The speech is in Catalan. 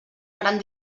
gran